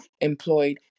employed